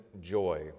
joy